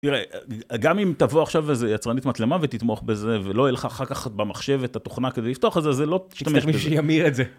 תראה גם אם תבוא עכשיו איזה יצרנית מצלמה ותתמוך בזה ולא יהיה לך אחר כך במחשב את התוכנה כדי לפתוח את זה, זה, לא תשתמש בזה תצטרך מישהו שימיר את זה